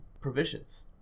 provisions